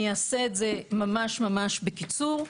אני אעשה את זה ממש ממש בקיצור.